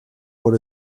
por